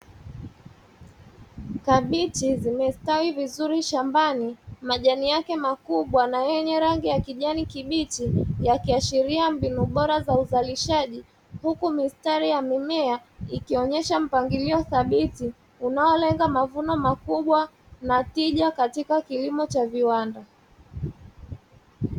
Kabichi zimestawi vizuri shambani majani yake makubwa na yenye rangi ya kijani kibichi yakiashiria ubora wa uzalishaji, huku mistari ya mimea ikionyesha mpangilio iliyothabiti inayolenga mavuno makubwa na tija katika kilimo. cha viwanda.